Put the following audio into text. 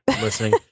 listening